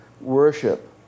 worship